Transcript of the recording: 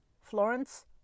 Florence